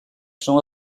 são